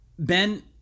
Ben